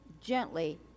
gently